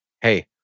hey